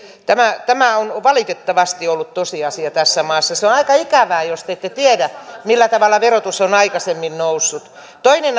tämä tämä on valitettavasti ollut tosiasia tässä maassa se on aika ikävää jos te ette tiedä millä tavalla verotus on aikaisemmin noussut toinen